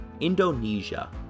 Indonesia